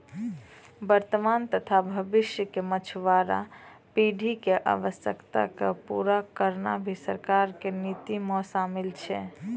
वर्तमान तथा भविष्य के मछुआरा पीढ़ी के आवश्यकता क पूरा करना भी सरकार के नीति मॅ शामिल छै